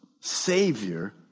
Savior